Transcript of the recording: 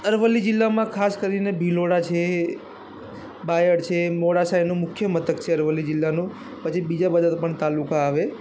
અરવલ્લી જિલ્લામાં ખાસ કરીને ભિલોડા છે બાયડ છે મોડાસા એનું મુખ્ય મથક છે અરવલ્લી જિલ્લાનું પછી બીજા બધા પણ તાલુકા આવે